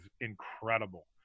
incredible